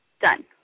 done